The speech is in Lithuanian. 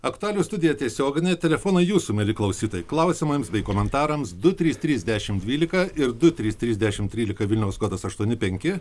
aktualijų studija tiesioginė telefonai jūsų mieli klausytojai klausimams bei komentarams du trys trys dešimt dvylika ir du trys trys dešimt trylika vilniaus kodas aštuoni penki